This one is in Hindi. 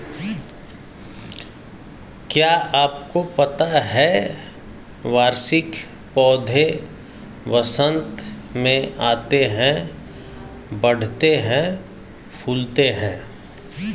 क्या आपको पता है वार्षिक पौधे वसंत में आते हैं, बढ़ते हैं, फूलते हैं?